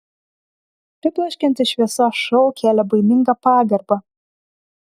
pribloškiantis šviesos šou kėlė baimingą pagarbą